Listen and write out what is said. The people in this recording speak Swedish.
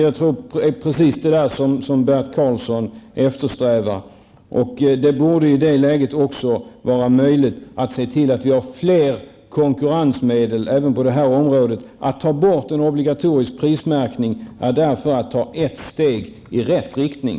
Det är precis vad Bert Karlsson eftersträvar. Det borde i det läget vara möjligt att se till att det blir fler konkurrensmedel även på det området. Att ta bort en obligatorisk prismärkning är därför att ta ett steg i rätt riktning.